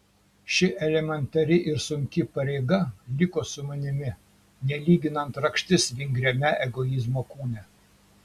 ši elementari ir sunki pareiga liko su manimi nelyginant rakštis vingriame egoizmo kūne